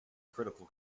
critical